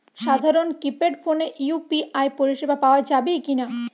সাধারণ কিপেড ফোনে ইউ.পি.আই পরিসেবা পাওয়া যাবে কিনা?